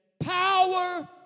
Power